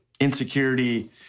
Insecurity